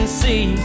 see